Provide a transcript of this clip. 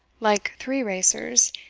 like three racers,